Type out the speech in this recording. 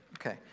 Okay